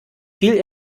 viel